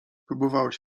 próbowałeś